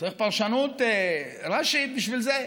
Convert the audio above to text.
צריך פרשנות רש"י בשביל זה?